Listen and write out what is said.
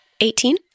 Eighteen